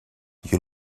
you